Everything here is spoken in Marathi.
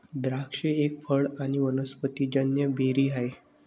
द्राक्ष एक फळ आणी वनस्पतिजन्य बेरी आहे